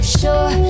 sure